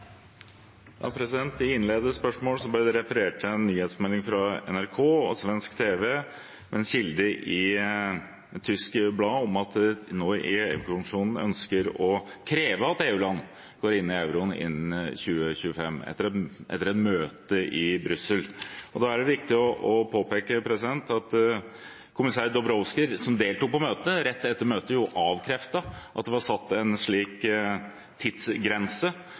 NRK og svensk tv, en kilde i et tysk blad, om at EU-kommisjonen etter et møte i Brussel nå ønsker å kreve at EU-land går inn i euroen innen 2025. Da er det viktig å påpeke at kommissær Dombrovskis, som deltok på møtet, rett etter møtet avkreftet at det var satt en slik tidsgrense.